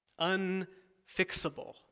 unfixable